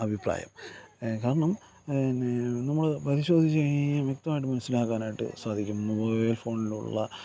അഭിപ്രായം കാരണം പിന്നെ നമ്മൾ പരിശോധിച്ച് കഴിഞ്ഞുകഴിഞ്ഞാൽ വ്യക്തമായിട്ട് മനസ്സിലാക്കാനായിട്ട് സാധിക്കും ഇയർഫോണിലുള്ള